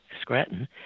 Scranton